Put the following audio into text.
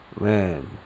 man